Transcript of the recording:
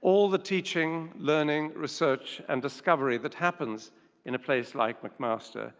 all the teaching, learning, research, and discovery that happens in a place like mcmaster